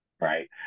right